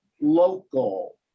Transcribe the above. local